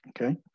okay